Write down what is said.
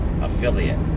affiliate